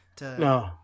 No